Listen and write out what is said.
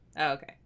okay